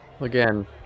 again